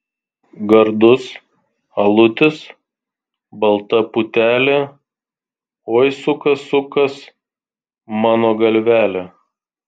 gardus alutis balta putelė oi sukas sukas mano galvelė